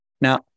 Now